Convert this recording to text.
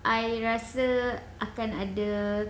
I rasa akan ada